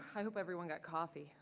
hope everyone got coffee.